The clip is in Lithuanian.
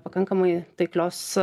pakankamai taiklios